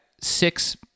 six